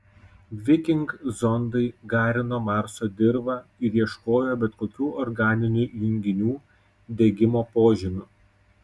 viking zondai garino marso dirvą ir ieškojo bet kokių organinių junginių degimo požymių